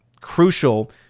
crucial